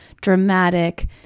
dramatic